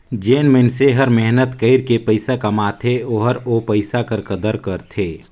जेन मइनसे हर मेहनत कइर के पइसा कमाथे ओहर ओ पइसा कर कदर करथे